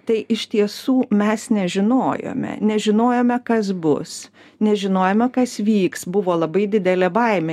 tai iš tiesų mes nežinojome nežinojome kas bus nežinojome kas vyks buvo labai didelė baimė